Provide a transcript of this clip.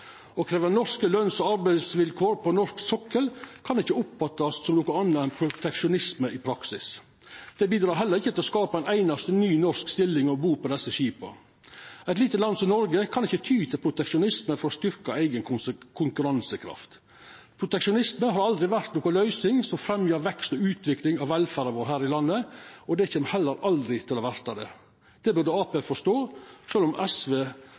norske løns- og arbeidsvilkår på norsk sokkel kan ikkje oppfattast som noko anna enn proteksjonisme i praksis. Det bidreg heller ikkje til å skapa ei einaste ny norsk stilling om bord på desse skipa. Eit lite land som Noreg kan ikkje ty til proteksjonisme for å styrkja eiga konkurransekraft. Proteksjonisme har aldri vore ei løysing som fremjar vekst og utvikling av velferda vår her i landet, og det kjem heller aldri til å verta det. Det burde Arbeidarpartiet forstå, sjølv om SV